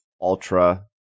Ultra